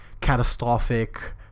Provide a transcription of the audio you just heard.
catastrophic